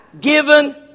given